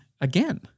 again